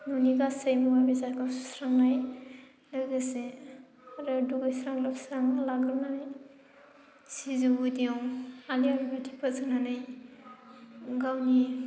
न'नि गासै मुवा बेसादखौ सुस्रांनाय लोगोसे आरो दुगैस्रां लोबस्रां लाग्रोनानै सिजौ गुदियाव आलारि बाथि फोजोंनानै गावनि